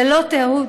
ללא תיעוד,